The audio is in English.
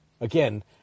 again